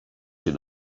siad